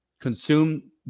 consume